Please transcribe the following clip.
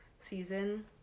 season